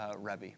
Rebbe